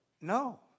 No